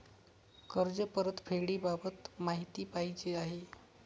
कर्ज परतफेडीबाबत माहिती पाहिजे आहे